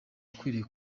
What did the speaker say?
ukwiriye